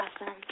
awesome